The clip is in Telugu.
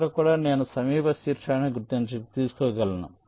ఇక్కడ కూడా నేను సమీప శీర్షాన్ని తెలుసుకోగలను